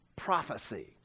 prophecy